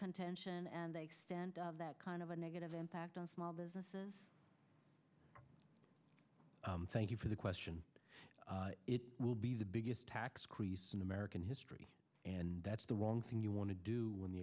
contention and the extent of that kind of a negative impact on small businesses thank you for the question will be the biggest tax increase in american history and that's the wrong thing you want to do when the